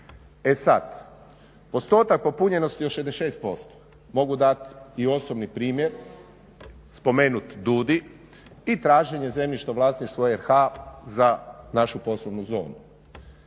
E sad, postotak popunjenosti od 66% mogu dati i osobni primjer, spomenuti DUDI i traženje zemljišta u vlasništvu RH za našu poslovnu zonu.